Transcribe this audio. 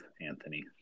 Anthony